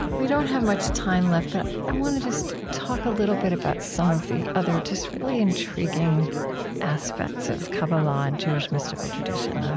we don't have much time left, but i want to just talk a little bit about some of the other really intriguing aspects of kabbalah and jewish mystical tradition.